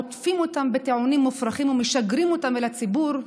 עוטפים אותם בטיעונים מופרכים ומשגרים אותם אל הציבור.